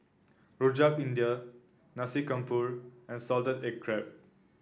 Rojak India Nasi Campur and Salted Egg Crab